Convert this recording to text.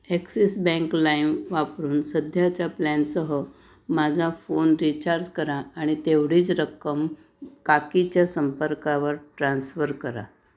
axis Bank Lime वापरून सध्याच्या प्लॅनसह माझा फोन रिचार्ज करा आणि तेवढीच रक्कम काकीच्या संपर्कावर ट्रान्स्फर करा